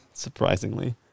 surprisingly